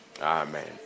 Amen